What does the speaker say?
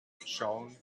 shone